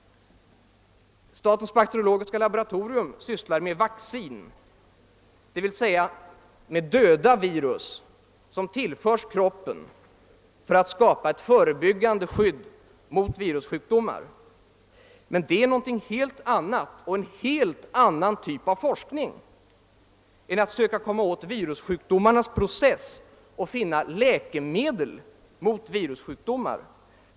Statens bakteriologiska laboratorium sysslar med vaccin, d. v. s. med döda virus som tillförs kroppen för att skapa ett förebyggande skydd mot virussjukdomar. Detta är en helt annan sak, och en helt annan typ av forskning än när det är fråga om att söka komma åt virussjukdomarnas process och finna läkemedel mot dem.